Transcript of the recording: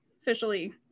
officially